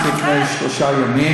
הוא נכנס רק לפני שלושה ימים.